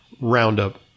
Roundup